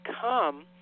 come